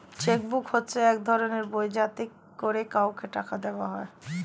check book হচ্ছে এক ধরনের বই যাতে করে কাউকে টাকা দেওয়া হয়